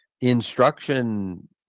instruction